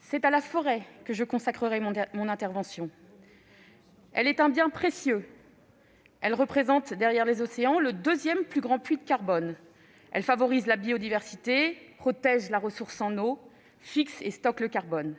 c'est à la forêt que je consacrerai mon intervention. La forêt est un bien précieux. Elle représente, derrière les océans, le deuxième plus grand puits de carbone. Elle favorise la biodiversité, protège la ressource en eau, fixe et stocke le carbone.